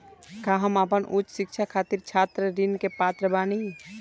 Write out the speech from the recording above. का हम आपन उच्च शिक्षा के खातिर छात्र ऋण के पात्र बानी?